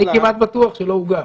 אני כמעט בטוח שלא הוגש.